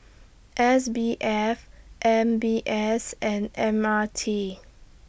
S B F M B S and M R T